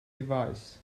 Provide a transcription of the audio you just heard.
device